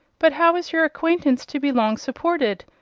but how is your acquaintance to be long supported,